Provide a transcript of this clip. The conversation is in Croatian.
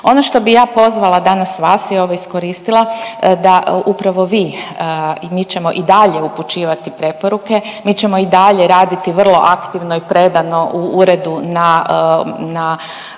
Ono što bi ja pozvala danas vas i ovo iskoristila da upravo vi i mi ćemo i dalje upućivati preporuke, mi ćemo i dalje raditi vrlo aktivno i predano u uredu na,